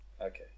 Okay